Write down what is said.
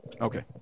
Okay